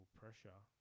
pressure